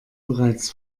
bereits